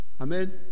Amen